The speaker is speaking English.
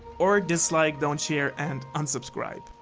or dislike, don't share and unsubscribe,